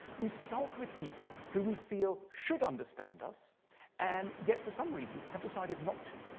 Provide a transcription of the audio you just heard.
we sulk with people who we feel should understand us and, yet, for some reason have decided not to.